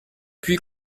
puis